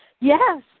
Yes